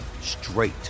straight